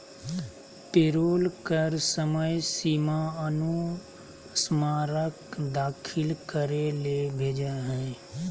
payroll कर समय सीमा अनुस्मारक दाखिल करे ले भेजय हइ